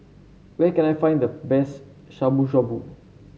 where can I find the best Shabu Shabu